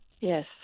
Yes